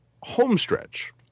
homestretch